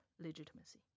legitimacy